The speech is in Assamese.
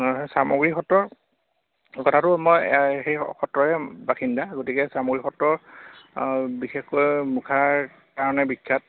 হয় চামগুৰী সত্ৰৰ কথাটো মই সেই সত্ৰৰে বাসিন্দা গতিকে চামগুৰী সত্ৰ বিশেষকৈ মুখাৰ কাৰণে বিখ্যাত